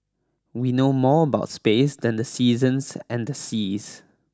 we know more about space than the seasons and the seas